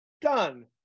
done